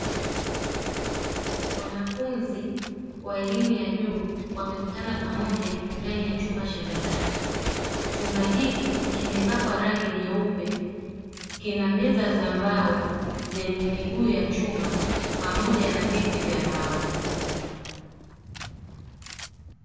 Wanafunzi wa elimu ya juu wamekutana pamoja ndani ya chumba cha darasa chumba hiki kimepakwa rangi nyeupe kina meza za mbao zenye miguu ya chuma pamoja na viti vya mbao.